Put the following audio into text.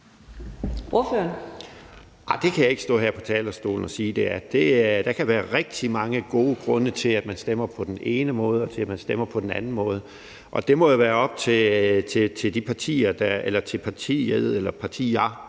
det kan jeg ikke stå her på talerstolen og sige at det er. Der kan være rigtig mange gode grunde til, at man stemmer på den ene måde, eller at man stemmer på den anden måde. Det må jo være op til de partier eller til partiet – nu ved